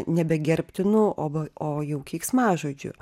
nebegerbtinu o va o jau keiksmažodžiu